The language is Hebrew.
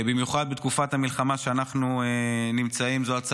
במיוחד בתקופת המלחמה שאנחנו נמצאים בה.